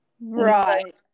Right